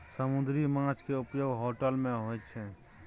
समुन्दरी माछ केँ उपयोग होटल मे होइ छै